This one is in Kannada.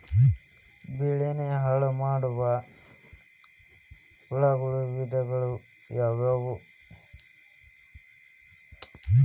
ಬೆಳೆನ ಹಾಳುಮಾಡುವ ಚಿಟ್ಟೆ ಹುಳುಗಳ ವಿಧಗಳು ಯಾವವು?